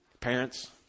Parents